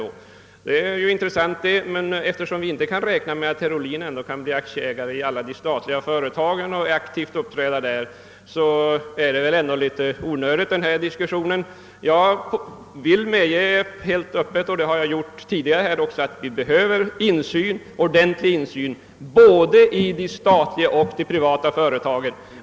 Det är ju mycket intressant, men eftersom vi inte kan räkna med att herr Ohlin kan bli aktieägare i samtliga statliga företag och aktivt uppträda där, är väl ändå denna diskussion ganska onödig. Jag vill helt öppet medge — det har jag gjort tidigare här också — att vi behöver insyn, ordentlig insyn både i de statliga och i de privata företagen.